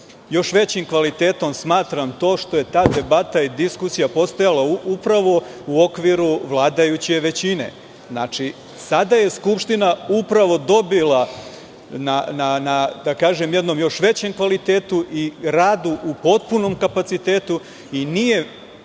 Još većim kvalitetom smatram to što je ta debata i diskusija postojala upravo u okviru vladajuće većine. Sada je Skupština upravo dobila na jednom još većem kvalitetu i radu u potpunom kapacitetu i nije